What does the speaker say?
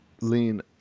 lean